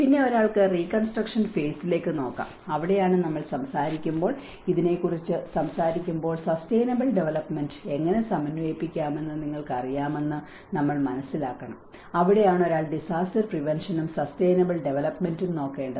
പിന്നെ ഒരാൾക്ക് റീകൺസ്ട്രക്ക്ഷൻ ഫേസിലേക്ക് നോക്കാം അവിടെയാണ് നമ്മൾ സംസാരിക്കുമ്പോൾ ഇതിനെക്കുറിച്ച് സംസാരിക്കുമ്പോൾ സസ്റ്റൈനബിൾ ഡെവലൊപ്മെന്റ് എങ്ങനെ സമന്വയിപ്പിക്കാമെന്ന് നിങ്ങൾക്കറിയാമെന്ന് നമ്മൾ മനസ്സിലാക്കണം അവിടെയാണ് ഒരാൾ ഡിസാസ്റ്റർ പ്രീവെൻഷനും സസ്റ്റൈനബിൾ ഡെവലപ്മെന്റും നോക്കേണ്ടത്